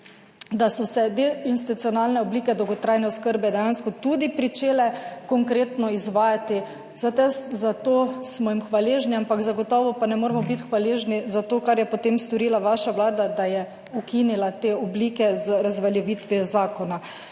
da so se deinstitucionalne oblike dolgotrajne oskrbe dejansko tudi pričele konkretno izvajati, za to smo jim hvaležni, ampak zagotovo pa ne moremo biti hvaležni za to, kar je potem storila vaša Vlada, da je ukinila te oblike z razveljavitvijo zakona.